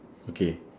okay